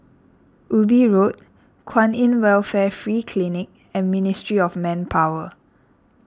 Ubi Road Kwan in Welfare Free Clinic and Ministry of Manpower